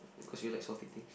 cause you like salty thing